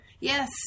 Yes